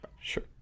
Sure